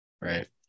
right